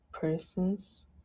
person's